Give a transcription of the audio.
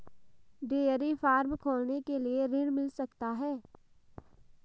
Dairy farm खोलने के लिए ऋण मिल सकता है?